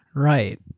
right.